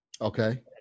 Okay